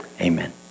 Amen